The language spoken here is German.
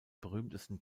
berühmtesten